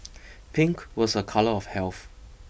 pink was a colour of health